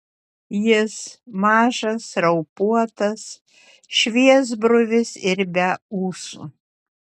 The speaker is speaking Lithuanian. jis mažas raupuotas šviesbruvis ir be ūsų